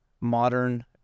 modern